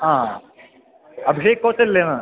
ആ അബിഷേക് കോച്ചല്ലേയെന്ന്